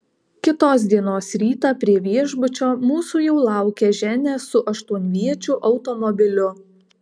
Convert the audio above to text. kitos dienos rytą prie viešbučio mūsų jau laukė ženia su aštuonviečiu automobiliu